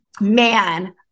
man